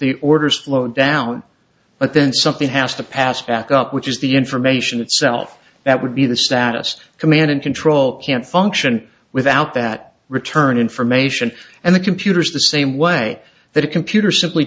the orders slow down but then something has to pass back up which is the information itself that would be the saddest command and control can't function without that return information and the computer is the same way that a computer simply